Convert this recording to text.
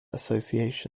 association